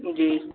जी